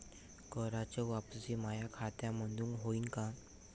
कराच वापसी माया खात्यामंधून होईन का?